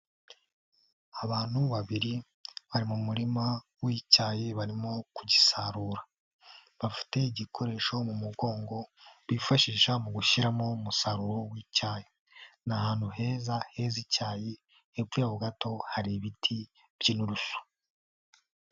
Abantu babiri bari mu murima w'icyayi barimo kugisarura, bafite igikoresho mu mugongo bifashisha mu gushyiramo umusaruro w'icyayi, ni ahantu heza heze icyayi hepfo yaho gato hari ibiti by'inturusi.